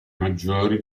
maggiori